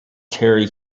terry